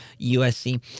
USC